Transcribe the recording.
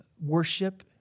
worship